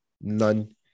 None